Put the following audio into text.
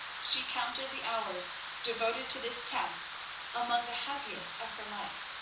she counted the hours devoted to this task among the happiest of her life,